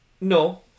No